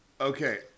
Okay